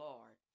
Lord